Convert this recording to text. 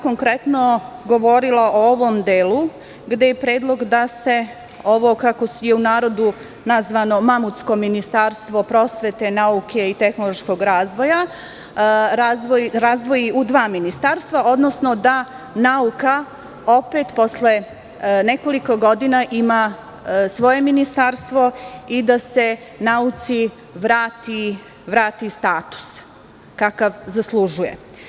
Konkretno bih govorila o ovom delu, gde je predlog da se, kako je u narodu nazvano „mamutsko ministarstvo prosvete, nauke i tehnološkog razvoja“, razdvoji u dva ministarstva, odnosno da nauka opet posle nekoliko godina ima svoje ministarstvo i da se nauci vrati status kakav zaslužuje.